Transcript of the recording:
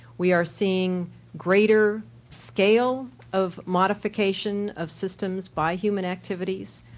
we are seeing greater scale of modification of systems by human activities,